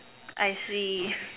I see